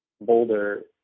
Boulder